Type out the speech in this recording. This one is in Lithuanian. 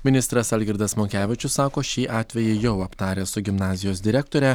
ministras algirdas monkevičius sako šį atvejį jau aptaręs su gimnazijos direktore